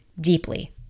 deeply